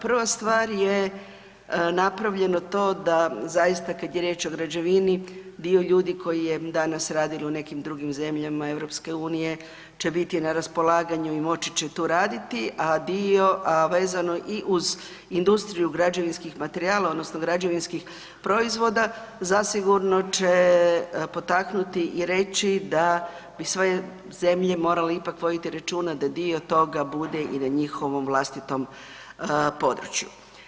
Prva stvar je napravljeno to da zaista kad je riječ o građevini dio ljudi koji je danas radilo u nekim drugim zemljama EU će biti na raspolaganju i moći će tu raditi, a dio, a vezano i uz industriju građevinskih materijala odnosno građevinskih proizvoda zasigurno će potaknuti i reći da bi sve zemlje morale ipak voditi računa da dio toga bude i na njihovom vlastitom području.